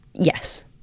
Yes